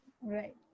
right